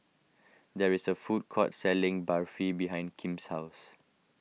there is a food court selling Barfi behind Kim's house